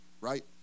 right